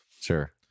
Sure